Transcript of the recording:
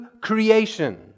creation